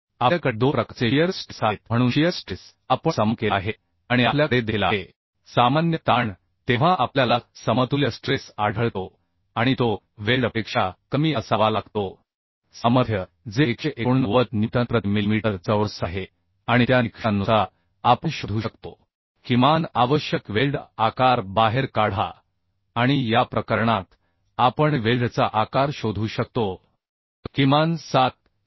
आपल्याकडे दोन प्रकारचे शियर स्ट्रेस आहेत म्हणून शियर स्ट्रेस आपण समान केला आहे आणि आपल्या कडे देखील आहे सामान्य ताण तेव्हा आपल्याला समतुल्य स्ट्रेस आढळतो आणि तो वेल्डपेक्षा कमी असावा लागतो सामर्थ्य जे 189 न्यूटन प्रति मिलीमीटर चौरस आहे आणि त्या निकषांनुसार आपण शोधू शकतो किमान आवश्यक वेल्ड आकार बाहेर काढा आणि या प्रकरणात आपण वेल्डचा आकार शोधू शकतो किमान 7 मि